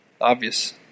Obvious